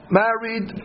married